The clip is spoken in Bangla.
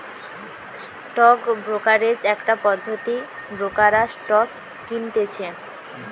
স্টক ব্রোকারেজ একটা পদ্ধতি ব্রোকাররা স্টক কিনতেছে